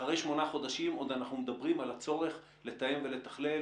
שאחרי שמונה חודשים עוד אנחנו מדברים על הצורך לתאם ולתכלל,